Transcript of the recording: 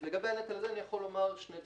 לגבי הנטל הזה אני יכול לומר שני דברים: